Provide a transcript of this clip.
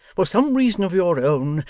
for some reason of your own,